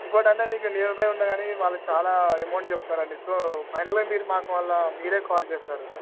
ఇంకొకటి అంటే మీకు నియర్ బై ఉన్నా కానీ వాళ్ళు చాలా అమౌంట్ చెప్తారండి సో ఫైనల్గా మీరు మాకు మళ్ళీ మీరే కాల్ చేస్తారు